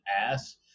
ass